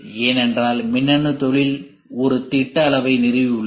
ஏனென்றால் மின்னணுத் தொழில் ஒரு திட்ட அளவை நிறுவியுள்ளது